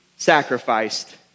sacrificed